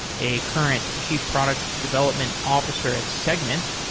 a current chief product development officer at segment,